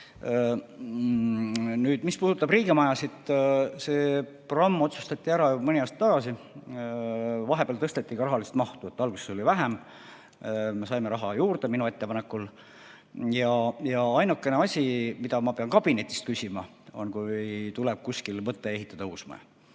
Mis puudutab riigimajasid, siis see programm otsustati ära juba mõni aasta tagasi. Vahepeal tõsteti ka rahalist mahtu, alguses oli vähem. Me saime raha juurde minu ettepanekul. Ja ainuke asi, mida ma pean kabinetist küsima, on see, kui tuleb kuskil ehitada uus maja.